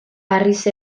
harriz